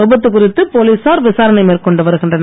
விபத்து குறித்து போலீசார் விசாரணை மேற்கொண்டு வருகின்றனர்